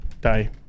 die